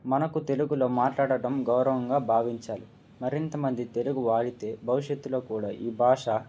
మనకు తెలుగులో మాట్లాడటం గౌరవంగా భావించాలి మరింత మంది తెలుగు వాడితే భవిష్యత్తులో కూడా ఈ భాష